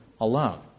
alone